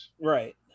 Right